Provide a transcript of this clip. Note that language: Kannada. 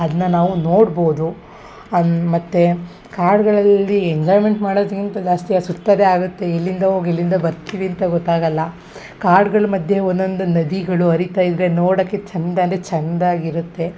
ಅದನ್ನ ನಾವು ನೋಡ್ಬೋದು ಮತ್ತು ಕಾಡುಗಳಲ್ಲಿ ಎಂಜಾಯ್ಮೆಂಟ್ ಮಾಡೋದ್ಕಿಂತ ಜಾಸ್ತಿ ಆ ಸುತ್ತೋದೇ ಆಗುತ್ತೆ ಎಲ್ಲಿಂದ ಹೋಗ್ ಎಲ್ಲಿಂದ ಬರ್ತೀವಿ ಅಂತ ಗೊತ್ತಾಗಲ್ಲ ಕಾಡ್ಗಳು ಮಧ್ಯೆ ಒಂದೊಂದು ನದಿಗಳು ಹರಿತಾ ಇದ್ದರೆ ನೋಡಕ್ಕೆ ಚಂದ ಅಂದರೆ ಚಂದ ಆಗಿರುತ್ತೆ